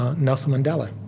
ah nelson mandela.